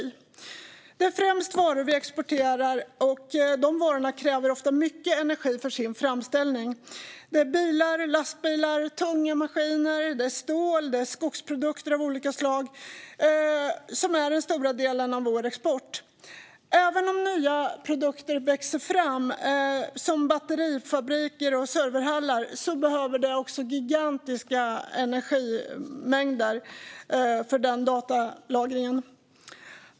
Vi exporterar främst varor, och dessa varor kräver ofta mycket energi för sin framställning. Bilar, lastbilar, tunga maskiner, stål och skogsprodukter av olika slag utgör den stora delen av vår export. Även nya produkter växer fram, som batterifabriker och serverhallar, och för det behövs gigantiska energimängder för datalagring.